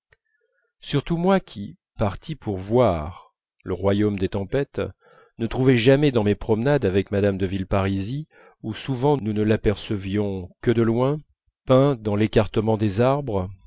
surtout moi qui parti pour voir le royaume des tempêtes ne trouvais jamais dans mes promenades avec mme de villeparisis où souvent nous ne l'apercevions que de loin peint dans l'écartement des arbres